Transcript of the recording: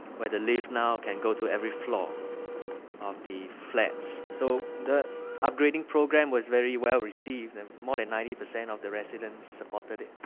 where the lift now can go to every floor of the flats. so the upgrading program was very well received, and more than ninety percent of the residents supported it.